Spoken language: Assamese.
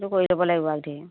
সেইটো কৰি লাগিব